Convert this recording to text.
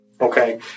Okay